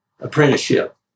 apprenticeship